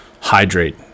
hydrate